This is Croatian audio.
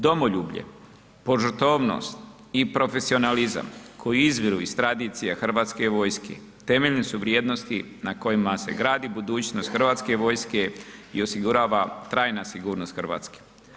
Domoljublje, požrtvovnost i profesionalizam koji izvoru iz tradicija Hrvatske vojske, temelje su vrijednosti na kojima se gradi budućnost Hrvatske vojske i osigurava trajna sigurnost Hrvatske.